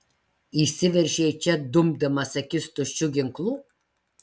įsiveržei čia dumdamas akis tuščiu ginklu